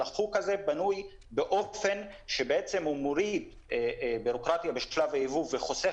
החוק הזה בנוי באופן שבעצם הוא מוריד בירוקרטיה בשלב הייבוא וחוסך